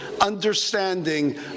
understanding